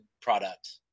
product